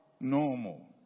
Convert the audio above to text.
normal